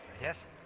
Yes